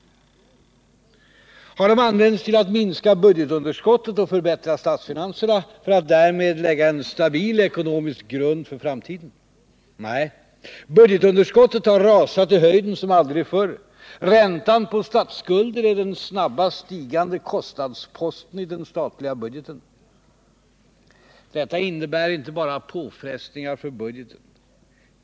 Har de använts till att minska budgetunderskottet och förbättra statsfinanserna för att därmed lägga en stabil ekonomisk grund för framtiden? Nej, budgetunderskottet har rusat i höjden som aldrig förr. Räntan på statsskulden är den snabbast stigande kostnadsposten i den statliga budgeten. Detta innebär inte bara påfrestningar för budgeten.